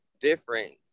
different